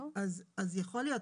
אז יכול להיות.